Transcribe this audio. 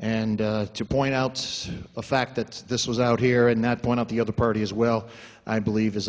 and to point out the fact that this was out here and that point at the other party as well i believe is a